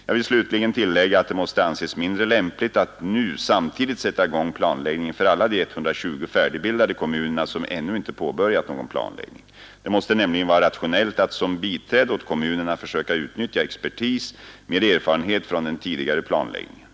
Jag vill slutligen tillägga att det måste anses mindre lämpligt att nu samtidigt sätta i gång planläggningen för alla de ca 120 färdigbildade kommuner som ännu inte påbörjat någon planläggning. Det måste nämligen vara rationellt att som biträde åt kommunerna försöka utnyttja expertis med erfarenhet från den tidigare planläggningen.